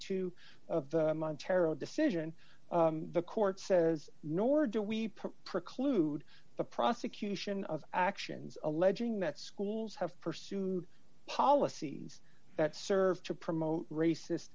terro decision the court says nor do we preclude the prosecution of actions alleging that schools have pursued policies that serve to promote racist